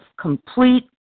complete